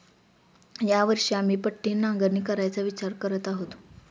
या वर्षी आम्ही पट्टी नांगरणी करायचा विचार करत आहोत